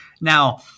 Now